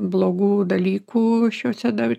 blogų dalykų šiose dar